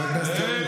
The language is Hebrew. אשתו.